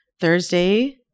Thursday